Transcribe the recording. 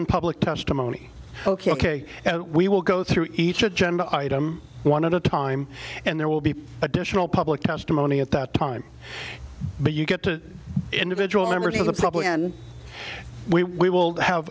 in public testimony ok and we will go through each agenda item one of the time and there will be additional public testimony at that time but you get to individual members of the problem and we will have